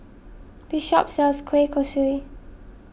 this shop sells Kueh Kosui